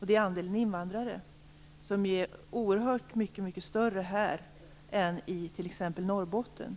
Det gäller andelen invandrare som är oerhört mycket större i södra delen av landet än i t.ex. Norrbotten.